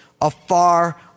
afar